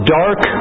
dark